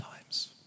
times